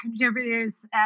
contributors